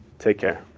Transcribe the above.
take care.